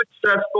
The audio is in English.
successful